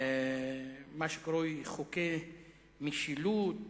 מה שקרוי חוקי משילות,